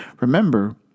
Remember